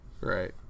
Right